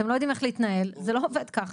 אתם לא יודעים איך להתנהל, זה לא עובד ככה.